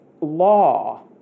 law